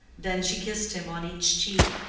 then she kissed him on each cheek,